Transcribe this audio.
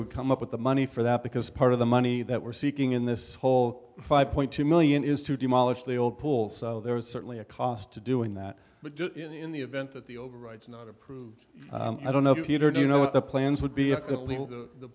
would come up with the money for that because part of the money that we're seeking in this whole five point two million is to demolish the old pool so there is certainly a cost to doing that but just in the event that the overrides not approved i don't know if you've heard you know what the plans would be